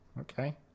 Okay